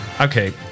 Okay